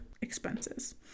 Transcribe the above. expenses